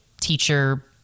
teacher